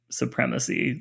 supremacy